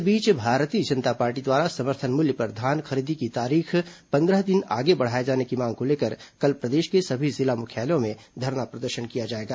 इस बीच भारतीय जनता पार्टी द्वारा समर्थन मूल्य पर धान खरीदी की तारीख पंद्रह दिन आगे बढ़ाए जाने की मांग को लेकर कल प्रदेश के सभी जिला मुख्यालयों में धरना प्रदर्शन किया जाएगा